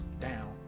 down